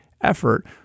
effort